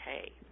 Okay